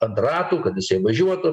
ant ratų kad jisai važiuotų